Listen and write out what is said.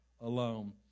alone